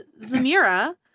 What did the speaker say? Zamira